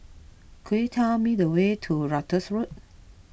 could you tell me the way to Ratus Road